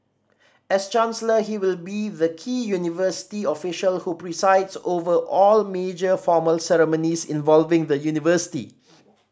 as chancellor he will be the key university official who presides over all major formal ceremonies involving the university